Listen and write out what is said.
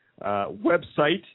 website